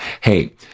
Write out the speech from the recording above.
hey